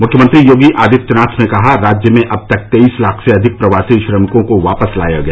मुख्यमंत्री योगी आदित्यनाथ ने कहा राज्य में अब तक तेईस लाख से अधिक प्रवासी श्रमिकों को वापस लाया गया